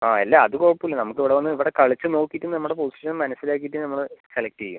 ആ അല്ല അത് കുഴപ്പമില്ല നമുക്ക് ഇവിടെ വന്ന് ഇവിടെ കളിച്ച് നോക്കിയിട്ട് നമ്മുടെ പൊസിഷൻ മനസ്സിലാക്കിയിട്ട് നമ്മൾ സെലക്ട് ചെയ്യും